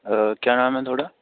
क्या नाम ऐ थुआढ़ा